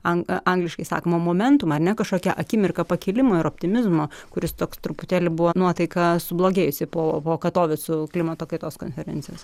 ant angliškai sakoma momentum ar ne kažkokia akimirka pakilimo ir optimizmo kuris toks truputėlį buvo nuotaiką sublogėjusi po katovicų klimato kaitos konferencijos